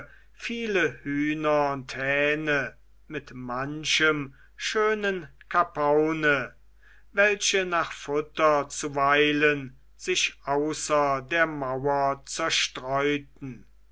viele hühner und hähne mit manchem schönen kapaune welche nach futter zuweilen sich außer der mauer zerstreuten